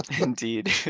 Indeed